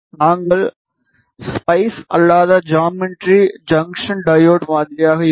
நாங்கள் ஸ்பைஸ் அல்லாத geometry junction diode மாதிரியாக இருக்கும்